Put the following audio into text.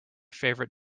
favorite